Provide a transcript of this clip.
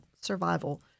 survival